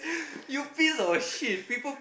you piece of shit people